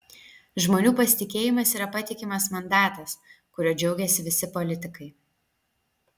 žmonių pasitikėjimas yra patikimas mandatas kuriuo džiaugiasi visi politikai